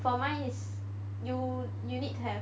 for mine is you you need to have